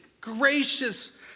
gracious